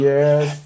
Yes